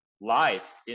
lies